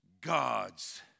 gods